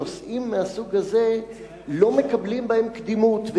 שנושאים מהסוג הזה לא מקבלים בהן קדימות.